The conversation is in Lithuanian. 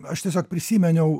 aš tiesiog prisiminiau